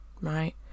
right